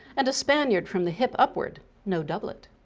and a spaniard from the hip upward, no doublet.